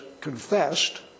confessed